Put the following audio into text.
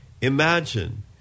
Imagine